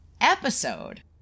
episode